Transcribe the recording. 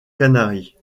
canaries